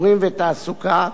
קיים צורך